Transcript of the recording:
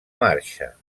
marxa